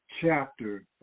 chapter